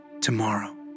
Tomorrow